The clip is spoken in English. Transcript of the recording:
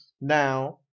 Now